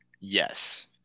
Yes